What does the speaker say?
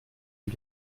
lui